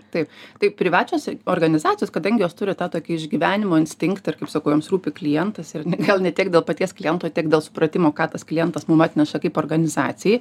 taip tai privačios organizacijos kadangi jos turi tą tokį išgyvenimo instinktą ir kaip sakau joms rūpi klientas ir gal ne tiek dėl paties kliento tiek dėl supratimo ką tas klientas mum atneša kaip organizacijai